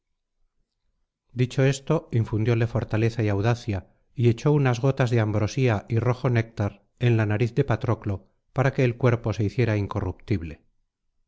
dicho esto infundióle fortaleza y audacia y echó unas gotas de ambrosía y rojo néctar en la nariz de patroclo para que el cuerpo se hiciera incorruptible